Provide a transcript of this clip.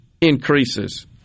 increases